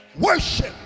Worship